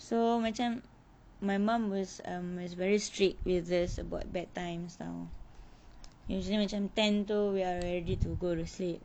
so macam my mum was um was very strict with this about bed times ah usually macam ten tu we're ready to go to sleep